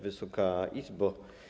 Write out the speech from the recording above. Wysoka Izbo!